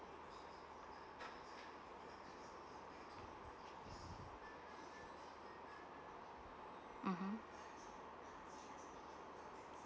uh hmm